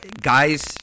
Guys